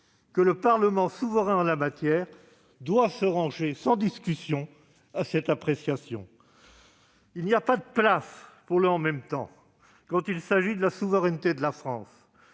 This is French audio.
que le Parlement, souverain en la matière, doit se ranger sans discussion à cette appréciation. Il n'y a pas de place pour le « en même temps » quand il s'agit de la souveraineté de la France,